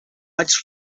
vaig